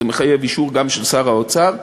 זה מחייב אישור גם של שר האוצר,